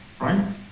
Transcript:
right